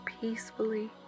peacefully